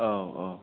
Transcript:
औ औ